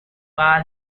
bar